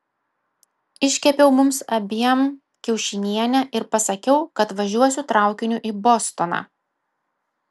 iškepiau mums abiem kiaušinienę ir pasakiau kad važiuosiu traukiniu į bostoną